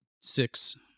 six